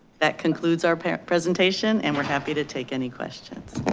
that concludes our presentation and we're happy to take any questions.